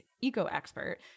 eco-expert